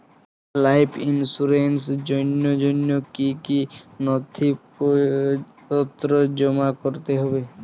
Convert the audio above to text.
Life ইন্সুরেন্সর জন্য জন্য কি কি নথিপত্র জমা করতে হবে?